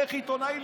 דרך עיתונאי,